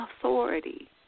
authority